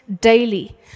daily